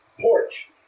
porch